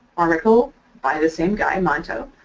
article by the same guy, monto,